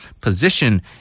position